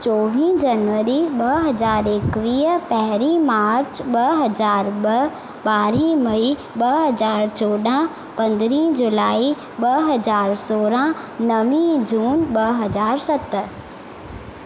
चोवीह जनवरी ॿ हज़ार एकवीह पहिरीं मार्च ॿ हज़ार ॿ ॿारहं मई ॿ हज़ार चोॾहं पंद्रहं जूलाई ॿ हज़ार सोरहं नव जून ॿ हज़ार सतरि